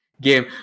game